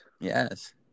Yes